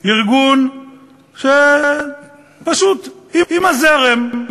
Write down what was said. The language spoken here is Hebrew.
ארגון שפשוט, עם הזרם,